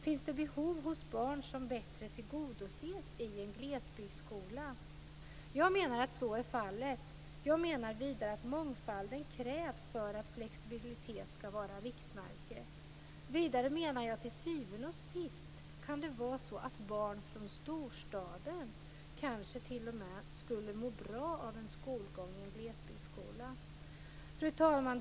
Finns det behov hos barn som bättre tillgodoses i en glesbygdsskola? Jag menar att så är fallet. Jag menar vidare att mångfalden krävs för att flexibilitet skall vara riktmärke. Vidare menar jag att till syvende och sist kan det vara så att barn från storstaden kanske t.o.m. skulle må bra av skolgång i en glesbygdsskola. Fru talman!